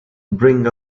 bring